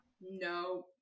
No